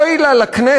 אוי לה לכנסת